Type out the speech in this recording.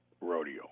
rodeo